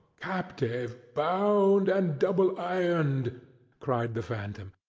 captive, bound, and double-ironed, cried the phantom,